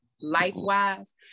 life-wise